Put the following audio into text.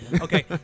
Okay